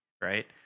right